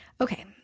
Okay